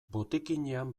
botikinean